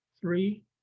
Three